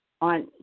on